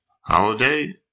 holiday